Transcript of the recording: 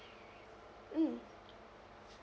mm